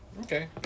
Okay